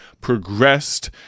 progressed